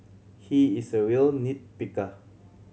he is a real nit picker